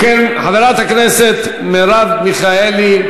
אם כן, חברת הכנסת מרב מיכאלי.